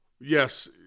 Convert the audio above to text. yes